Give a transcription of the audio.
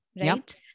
right